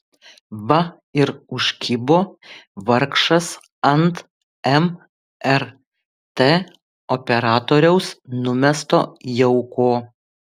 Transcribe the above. va ir užkibo vargšas ant mrt operatoriaus numesto jauko